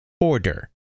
order